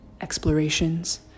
explorations